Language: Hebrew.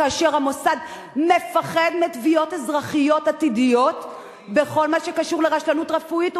כאשר המוסד מפחד מתביעות אזרחיות עתידיות בכל מה שקשור לרשלנות רפואית,